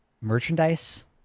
merchandise